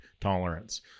tolerance